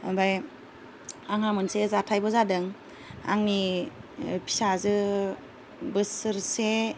ओमफ्राय आंहा मोनसे जाथायबो जादों आंनि फिसाजो बोसोरसे